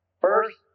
First